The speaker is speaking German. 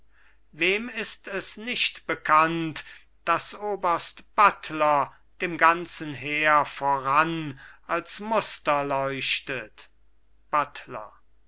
wem ist es nicht bekannt daß oberst buttler dem ganzen heer voran als muster leuchtet buttler